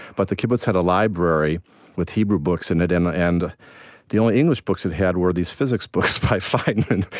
but the kibbutz had a library with hebrew books in it, and and the only english books it had were these physics books by feynman,